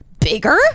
bigger